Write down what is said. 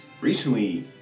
recently